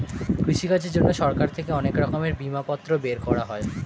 কৃষিকাজের জন্যে সরকার থেকে অনেক রকমের বিমাপত্র বের করা হয়